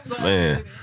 Man